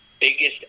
biggest